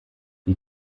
die